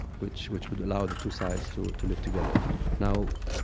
which which would allow the two sides to to live together now,